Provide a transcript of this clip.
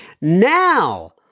Now